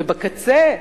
ובקצה,